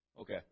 Okay